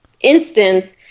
instance